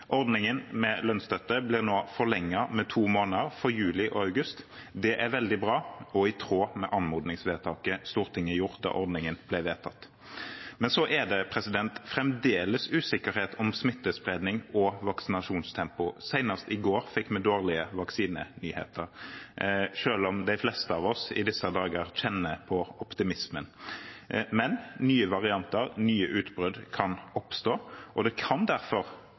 Ordningen med lønnsstøtte blir nå forlenget med to måneder, for juli og august. Det er veldig bra og i tråd med anmodningsvedtaket Stortinget gjorde da ordningen ble vedtatt. Men så er det fremdeles usikkerhet om smittespredning og vaksinasjonstempo. Senest i går fikk vi dårlige vaksinenyheter – selv om de fleste av oss i disse dager kjenner på optimismen. Men nye varianter, nye utbrudd kan oppstå, og det kan derfor,